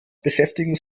beschäftigen